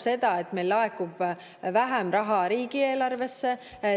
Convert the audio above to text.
seda, et laekub vähem raha riigieelarvesse,